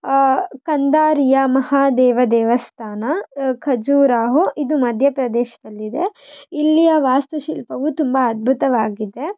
ಕಂದಾರಿಯ ಮಹಾದೇವ ದೇವಸ್ಥಾನ ಖಜುರಾಹೋ ಇದು ಮಧ್ಯಪ್ರದೇಶದಲ್ಲಿದೆ ಇಲ್ಲಿಯ ವಾಸ್ತುಶಿಲ್ಪವು ತುಂಬ ಅದ್ಭುತವಾಗಿದೆ